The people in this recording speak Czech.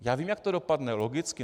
Já vím, jak to dopadne logicky.